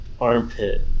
armpit